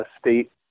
state